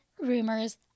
rumors